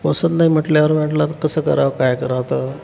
पसंत नाही म्हटल्यावर म्हटलं कसं करावं काय करावं आता